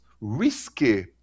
risky